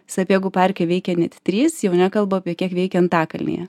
sapiegų parke veikia net trys jau nekalbu apie kiek veikia antakalnyje